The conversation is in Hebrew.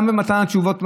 גם במתן התשובות מהמעבדות,